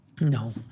No